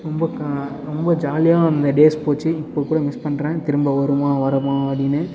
ரொம்ப கா ரொம்ப ஜாலியாக அந்த டேஸ் போச்சு இப்போ கூட மிஸ் பண்ணுறேன் திரும்ப வருமா வருமா அப்படினு